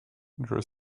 there